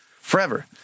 forever